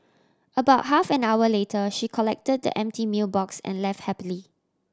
about half an hour later she collected the empty meal box and left happily